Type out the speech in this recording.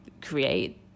create